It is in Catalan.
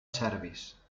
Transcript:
serbis